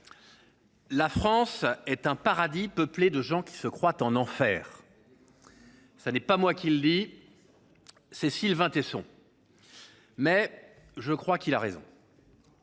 La France est un paradis peuplé de gens qui se croient en enfer. » Ce n’est pas moi qui le dis, c’est Sylvain Tesson, et je crois qu’il a raison.